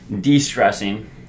de-stressing